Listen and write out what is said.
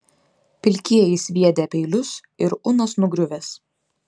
pilkieji sviedę peilius ir unas nugriuvęs